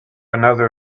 another